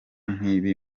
nk’ibi